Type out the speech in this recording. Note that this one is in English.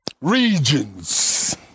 regions